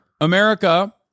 america